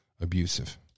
abusive